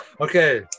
Okay